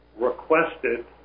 requested